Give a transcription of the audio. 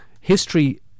history